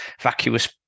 vacuous